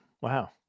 Wow